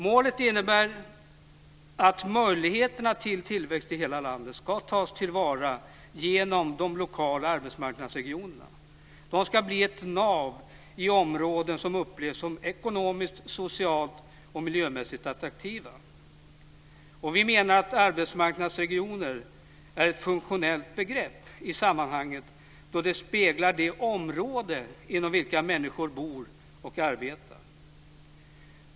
Målet innebär att möjligheterna till tillväxt i hela landet ska tas till vara genom de lokala arbetsmarknadsregionerna. De ska bli ett nav i områden som upplevs som ekonomiskt, socialt och miljömässigt attraktiva. Vi menar att arbetsmarknadsregioner är ett funktionellt begrepp i sammanhanget då det speglar det område inom vilka människor bor och arbetar.